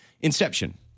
Inception